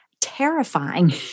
terrifying